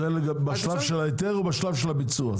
בשלב ההיתר או של הביצוע?